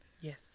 Yes